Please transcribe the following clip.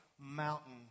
mountain